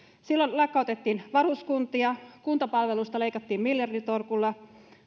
silloin lakkautettiin varuskuntia kuntapalveluista leikattiin miljarditolkulla